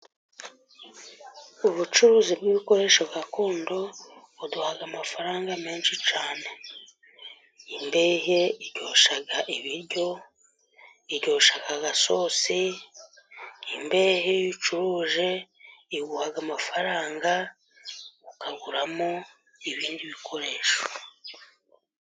Ubucuruzi bw'ibikoresho gakondo buduha amafaranga menshi cyane. Imbehe iryoshya ibiryo, iryoshya agasosi, imbehe iyo uyicuruje iguha amafaranga ukaguramo ibindi bikoresho.